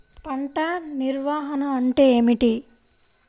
పంట నిర్వాహణ అంటే ఏమిటి?